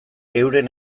euren